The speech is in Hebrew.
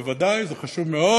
בוודאי, זה חשוב מאוד.